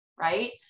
right